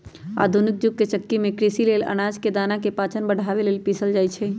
आधुनिक जुग के चक्की में कृषि लेल अनाज के दना के पाचन बढ़ाबे लेल पिसल जाई छै